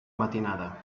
matinada